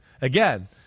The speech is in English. Again